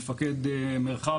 מפקד מרחב,